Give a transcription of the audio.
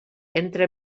entre